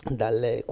dalle